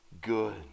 good